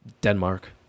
Denmark